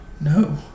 No